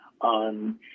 on